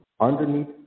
underneath